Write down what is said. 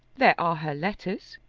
there are her letters,